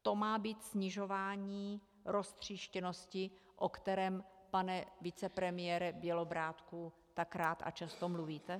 To má být snižování roztříštěnosti, o kterém, pane vicepremiére Bělobrádku, tak rád a často mluvíte?